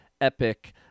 epic